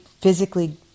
physically